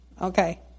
Okay